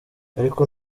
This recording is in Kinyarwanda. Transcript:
ariko